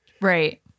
Right